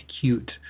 cute